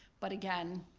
but again,